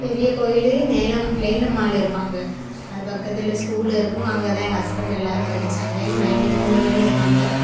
பெரிய கோவில் நேலம் லேலம்மாள் இருப்பாங்க அது பக்கத்தில் ஸ்கூல் இருக்கும் அங்கே தான் எங்கள் ஹஸ்பண்ட் எல்லாரும் படிச்சாங்க எங்கள் மதினி மூணு மதினி இருக்காங்க